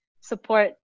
support